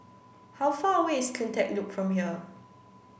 how far away is CleanTech Loop from here